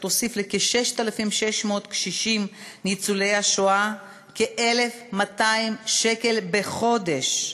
תוסיף לכ-6,600 קשישים ניצולי השואה כ-1,200 שקל בחודש,